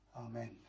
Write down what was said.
Amen